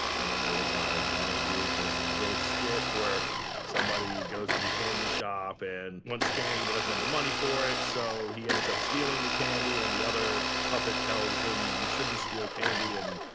and then there was my mom doing this little skit where somebody goes to the candy shop and wants candy but doesn't have the money for it. so, he ends up stealing the candy and the other puppet tells him, you shouldn't steal candy, and,